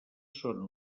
són